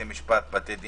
בתי משפט,